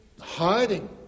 hiding